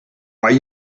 why